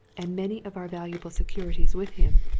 and many of our valuable securities with him.